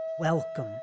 Welcome